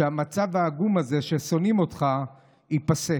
שהמצב העגום הזה שבו שונאים אותך ייפסק.